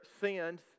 sins